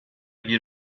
bir